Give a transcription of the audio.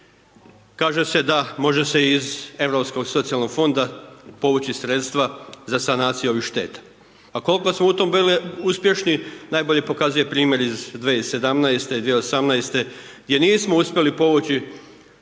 Kaže se da može se iz Europskog socijalnog fonda povući sredstva za sanaciju ovih šteta a koliko smo u tom bili uspješni, najbolje pokazuje primjer iz 2017., 2018. gdje nismo uspjeli povući